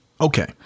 Okay